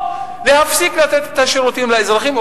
או להפסיק לתת את השירותים לאזרחים,